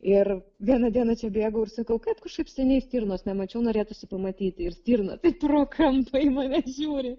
ir vieną dieną čia bėgau ir sakau kad kažkaip seniai stirnos nemačiau norėtųsi pamatyti ir stirna taip pro kampą į mane žiūri